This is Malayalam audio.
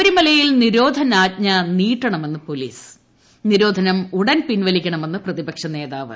ശബരിമലയിൽ നിരോധനാജ്ഞ നീട്ടണമെന്ന് പോലീസ് നിരോധനം ഉടൻ പിൻവലിക്കണമെന്ന് പ്രതിപക്ഷ നേതാവ്